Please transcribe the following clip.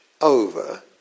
over